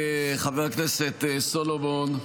חבר הכנסת סולומון,